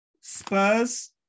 Spurs